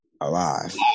alive